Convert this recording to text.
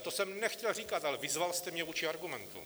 To jsem ale nechtěl říkat, ale vyzval jste mě vůči argumentu.